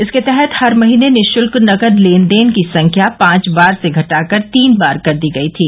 इनके तहत हर महीने निशुल्क नकदी लेन देन की संख्या पांच बार से घटाकर तीन बार कर दी गई थी